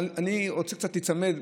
אבל אני רוצה קצת להיצמד,